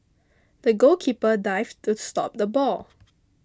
the goalkeeper dived to stop the ball